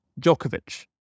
Djokovic